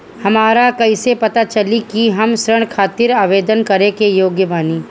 हमरा कईसे पता चली कि हम ऋण खातिर आवेदन करे के योग्य बानी?